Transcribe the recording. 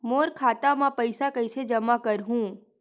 मोर खाता म पईसा कइसे जमा करहु?